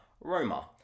Roma